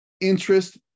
interest